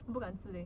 我不敢吃 leh